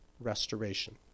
restoration